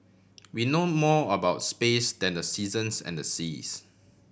we know more about space than the seasons and the seas